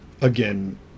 again